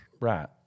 right